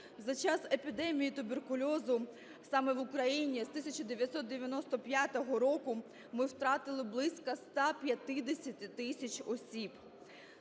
За час епідемії туберкульозу саме в Україні з 1995 року ми втратили близько 150 тисяч осіб.